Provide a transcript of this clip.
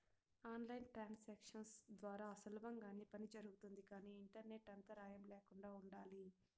on line transactions ద్వారా సులభంగానే పని జరుగుతుంది కానీ ఇంటర్నెట్ అంతరాయం ల్యాకుండా ఉండాలి